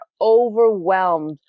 overwhelmed